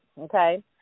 Okay